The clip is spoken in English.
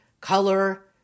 color